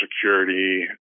security